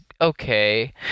okay